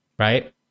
Right